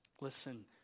Listen